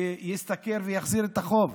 ישתכר ויחזיר את החוב?